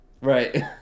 right